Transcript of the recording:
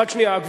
רק שנייה,